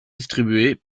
distribués